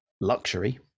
luxury